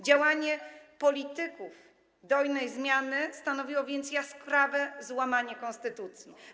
Działanie polityków dojnej zmiany stanowiło więc jaskrawe złamanie konstytucji.